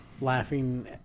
laughing